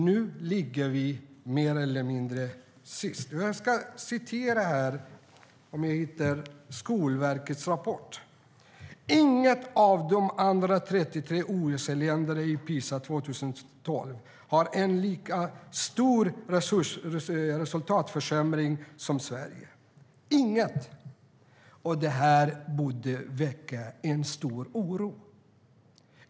Nu ligger vi mer eller mindre sist. Jag ska citera Skolverkets rapport: "Inget av de andra 33 OECD-länderna i PISA 2012 har en lika stor resultatförsämring som Sverige." Det borde väcka stor oro.